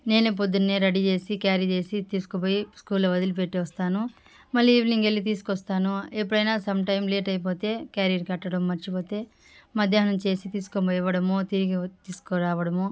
నేనే పొద్దున్నే రెడీ చేసి క్యారీ చేసి తీసుకుపోయి స్కూల్లో వదిలిపెట్టి వస్తాను మళ్లీ ఈవినింగ్ వెళ్ళి తీసుకొస్తాను ఎప్పుడైనా సమ్టైమ్ లేట్ అయిపోతే క్యారియర్ కట్టడం మర్చిపోతే మధ్యాహ్నం చేసి తీసుకోనిపోయి ఇవ్వడము తిరిగి తీసుకు రావడము